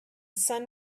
sun